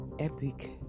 Epic